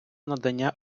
надання